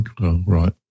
right